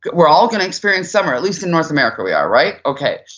but we're all going to experience summer, at least in north america we are, right? okay.